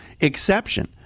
exception